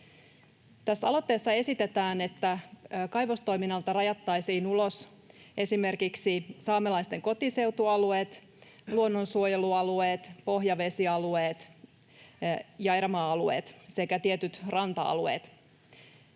Aloitteessa esitetään, että kaivostoiminnasta rajattaisiin ulos esimerkiksi saamelaisten kotiseutualueet, luonnonsuojelualueet, pohjavesialueet ja erämaa-alueet sekä tietyt ranta-alueet